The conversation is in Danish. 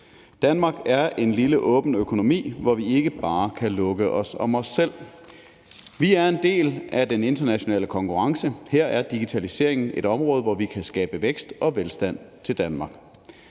Danmark er en lille, åben økonomi, og vi kan ikke bare lukke os om os selv. Vi er en del af den internationale konkurrence, og her er digitaliseringen et område, hvor vi kan skabe vækst og velstand til Danmark.